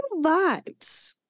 vibes